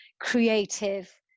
creative